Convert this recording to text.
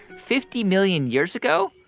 fifty million years ago,